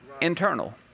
internal